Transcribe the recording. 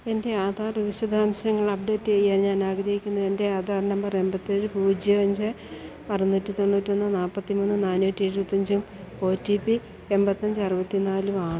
എൻ്റെ ആധാർ വിശദാംശങ്ങൾ അപ്ഡേറ്റ് ചെയ്യാൻ ഞാൻ ആഗ്രഹിക്കുന്നു എൻ്റെ ആധാർ നമ്പർ എണ്പത്തി ഏഴ് പൂജ്യം അഞ്ച് അറുനൂറ്റി തൊണ്ണൂറ്റി ഒന്ന് നാൽപ്പത്തി മൂന്ന് നാനൂറ്റി എഴുപത്തി അഞ്ചും ഒ ടി പി എൺപത്തി അഞ്ച് അറുപത്തി നാലും ആണ്